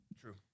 true